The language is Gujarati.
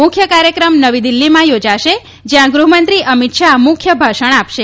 મુખ્ય કાર્યક્રમ નવી દિલ્ફીમાં યોજાશે જ્યાં ગૃહમંત્રી અમિત શાહ મુખ્ય ભાષણ આપશે